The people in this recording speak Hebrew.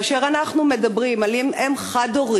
כאשר אנחנו מדברים על אם חד-הורית